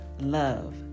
love